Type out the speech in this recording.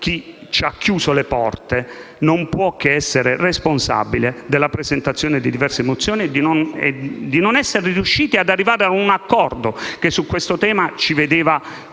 chi ci ha chiuso le porte non può che essere responsabile della presentazione di diverse risoluzioni e del fatto che non si sia riusciti ad arrivare a un accordo, che su questo tema ci vedeva